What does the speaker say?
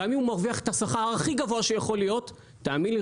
גם אם הוא מרוויח את השכר הכי גבוה שיכול להיות תאמין לי,